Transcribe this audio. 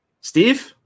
Steve